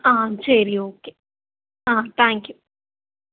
ஆ சரி ஓகே ஆ தேங்க்யூ